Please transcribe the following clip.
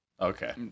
Okay